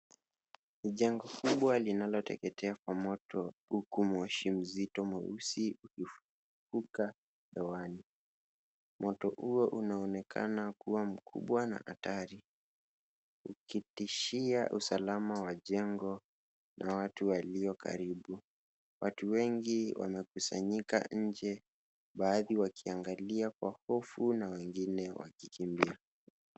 Ni jengo kubwa linaloteketea kwa moto huku moshi mzito mweusi ukifuka hewani. Moto huo unaonekana kuwa mkubwa na hatari ukitishia usalama wa jengo na watu walio karibu. Watu wengi wamekusanyika nje baadhi wakiangalia kwa hofu na wengine wakikimbia.